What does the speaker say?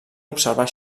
observar